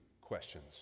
questions